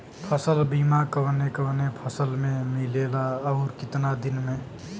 फ़सल बीमा कवने कवने फसल में मिलेला अउर कितना दिन में?